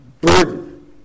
burden